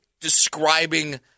describing